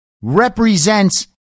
represents